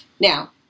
Now